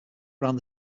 around